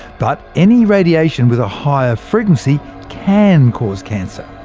but any radiation with a higher frequency can cause cancer.